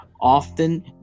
often